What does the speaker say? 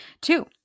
Two